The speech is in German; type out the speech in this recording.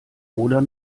oder